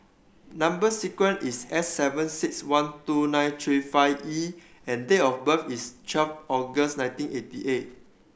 number sequence is S seven six one two nine three five E and date of birth is twelve August nineteen eighty eight